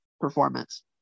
performance